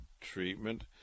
treatment